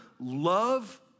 love